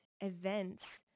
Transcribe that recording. events